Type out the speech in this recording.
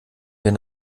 den